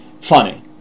funny